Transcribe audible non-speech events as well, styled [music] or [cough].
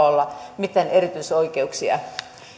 [unintelligible] olla mitään erityisoikeuksia